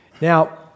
Now